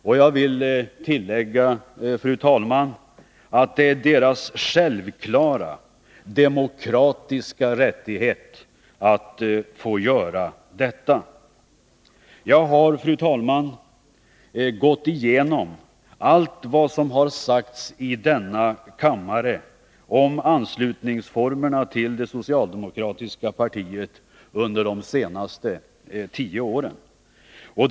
Och jag vill tillägga att det är deras självklara demokratiska rättighet att få göra detta. Jag har, fru talman, gått igenom allt vad som har sagts i denna kammare under de senaste tio åren om formerna för anslutning till det socialdemokratiska partiet.